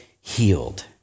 healed